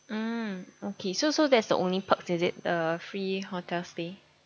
mm okay so so that's the only perks is it the free hotel stay